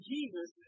Jesus